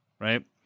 right